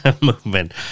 movement